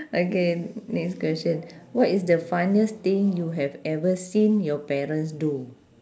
okay next question what is the funniest thing you have ever seen your parents do